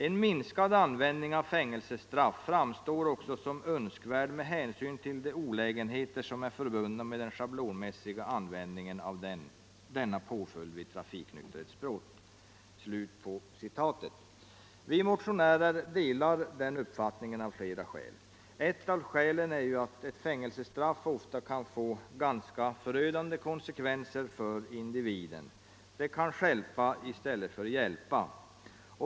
En minskad användning av fängelsestraff framstår också som önskvärd med hänsyn till de olägenheter som är förbundna med den schablonmässiga användningen av denna påföljd vid trafiknykterhetsbrott.” Vi motionärer delar den uppfattningen av flera skäl. Ett av skälen är att ett fängelsestraff ofta kan få ganska förödande konsekvenser för individen. Det kan stjälpa i stället för att hjälpa.